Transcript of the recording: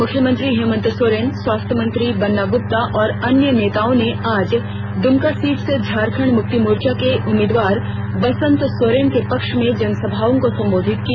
मुख्यमंत्री हेमन्त सोरेन स्वास्थ्य मंत्री बन्ना ग्प्ता और अन्य नेताओं ने आज दुमका सीट से झारखंड़ मुक्ति मोर्चा के उम्मीदवार बसंत सोरेन के पक्ष में जनसभाओं को संबोधित किया